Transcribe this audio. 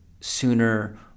sooner